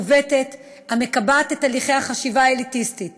מעוותת, המקבעת את הלכי החשיבה האליטיסטית.